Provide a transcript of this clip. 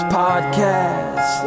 podcast